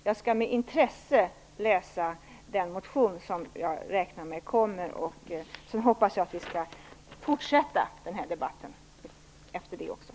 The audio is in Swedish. Jag skall med intresse läsa den motion som jag räknar med kommer från Miljöpartiet, och jag hoppas att den här debatten skall fortsätta efter det.